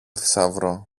θησαυρό